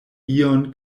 ion